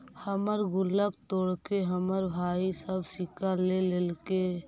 हमर गुल्लक तोड़के हमर भाई सब सिक्का ले लेलके